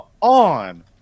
on